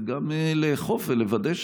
וגם לאכוף ולוודא.